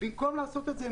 במקום לעשות זאת,